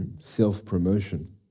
self-promotion